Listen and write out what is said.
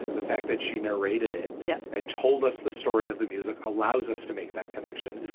the fact that she narrated it yeah and told us the story of the music allows us to make that connection.